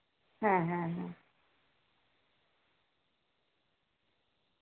ᱦᱮᱸ ᱦᱮᱸ ᱦᱮᱸ